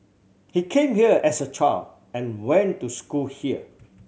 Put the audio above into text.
he came here as a child and went to school here